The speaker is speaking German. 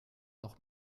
noch